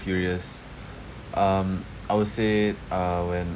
furious um I would say uh when